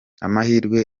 amahirwe